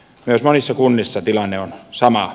myös monissa kunnissa tilanne on sama